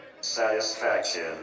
satisfaction